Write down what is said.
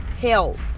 health